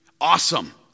Awesome